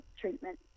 treatment